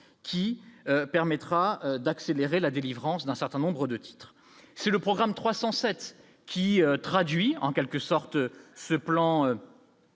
qui permettra d'accélérer la délivrance d'un certain nombres de titres si le programme 307 qui traduit en quelque sorte ce plan